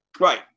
Right